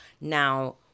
Now